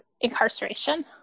incarceration